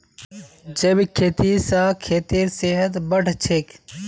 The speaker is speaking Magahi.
जैविक खेती स खेतेर सेहत बढ़छेक